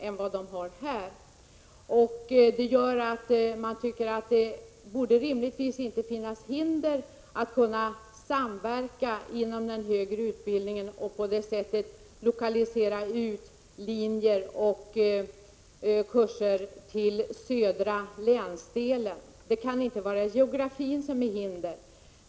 Jag tycker därför att det rimligtvis inte borde föreligga några hinder för att samverka inom den högre utbildningen och på det sättet lokalisera ut linjer och kurser till den södra länsdelen. Det kan inte vara geografin som utgör ett hinder.